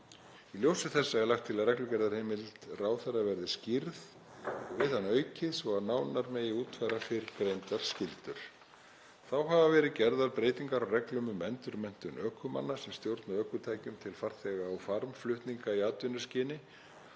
Í ljósi þessa er lagt til að reglugerðarheimild ráðherra verði skýrð og við hana aukið svo að nánar megi útfæra fyrrgreindar skyldur. Þá hafa verið gerðar breytingar á reglum um endurmenntun ökumanna sem stjórna ökutækjum til farþega- og farmflutninga í atvinnuskyni